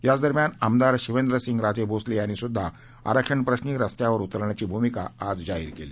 याच दरम्यान आमदार शिवेंद्रसिंहराजे भोसले यांनी सुद्धा आरक्षण प्रश्री रस्त्यावर उत्तरण्याची भूमिका आज जाहीर केली